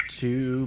two